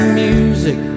music